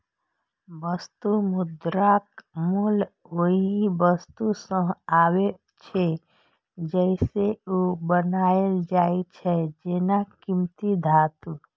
वस्तु मुद्राक मूल्य ओइ वस्तु सं आबै छै, जइसे ओ बनायल जाइ छै, जेना कीमती धातु